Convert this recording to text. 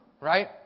right